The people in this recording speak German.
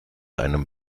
einem